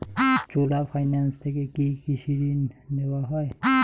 চোলা finance থেকে কি কৃষি ঋণ দেওয়া হয়?